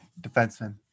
defenseman